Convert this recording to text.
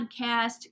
podcast